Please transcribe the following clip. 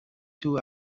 two